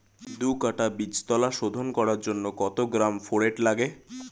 দু কাটা বীজতলা শোধন করার জন্য কত গ্রাম ফোরেট লাগে?